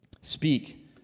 Speak